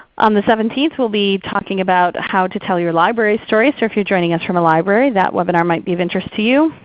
on the seventeenth, we'll be talking about how to tell your library's story. so if you're joining us from a library that webinar might be of interest to you.